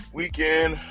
weekend